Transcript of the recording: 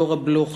דורה בלוך,